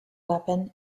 weapon